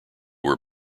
were